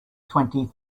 twenty